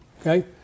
Okay